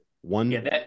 One